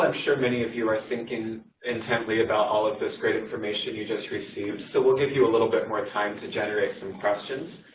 um sure many of you are thinking intently about all of this great information you just received, so we'll give you a little bit more time to generate some questions.